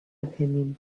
opinion